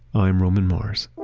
i'm roman mars